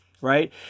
right